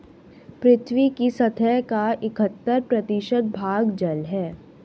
पृथ्वी की सतह का इकहत्तर प्रतिशत भाग जल है